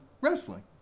wrestling